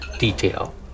detail